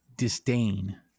Disdain